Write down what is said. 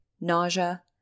nausea